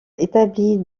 établie